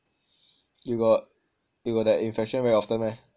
you got you got the infection were often meh